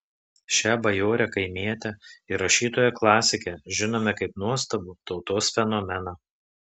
šią bajorę kaimietę ir rašytoją klasikę žinome kaip nuostabų tautos fenomeną